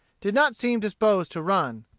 did not seem disposed to run,